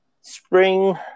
spring